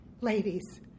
ladies